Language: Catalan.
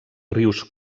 rius